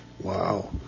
Wow